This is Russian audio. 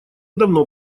давно